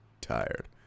tired